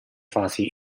fasi